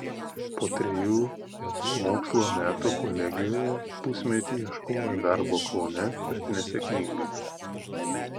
po trejų mokslo metų kolegijoje pusmetį ieškojo darbo kaune bet nesėkmingai